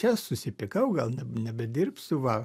čia susipykau gal ne nebedirbsiu va